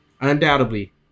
Undoubtedly